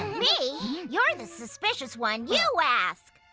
me? you're the suspicious one. you ask.